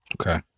Okay